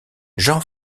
jean